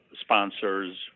sponsors